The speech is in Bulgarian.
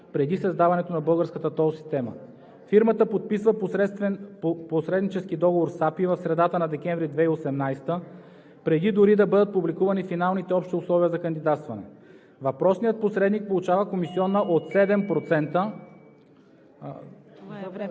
преди създаването на българската тол система. Фирмата подписва посреднически договор с Агенция „Пътна инфраструктура“ в средата на декември 2018 г. преди дори да бъдат публикувани финалните общи условия за кандидатстване. Въпросният посредник получава комисиона от 7%